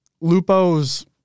Lupo's